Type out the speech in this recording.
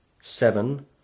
Seven